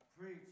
Preach